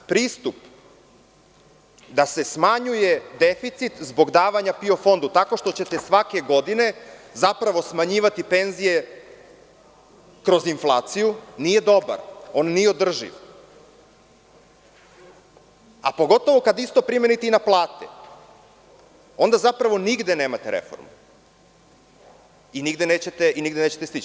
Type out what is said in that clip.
Pristup da se smanjuje deficit zbog davanja PIO fondu, tako što ćete svake godine smanjivati penzije kroz inflaciju, nije dobar, nije održiv, a pogotovo kada isto primenite i na plate, onda zapravo nigde nemate reformu i nigde nećete stići.